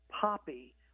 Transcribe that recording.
poppy